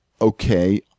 okay